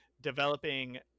developing